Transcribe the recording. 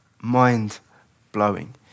mind-blowing